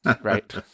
Right